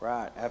Right